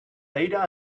data